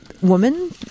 woman